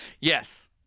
yes